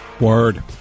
Word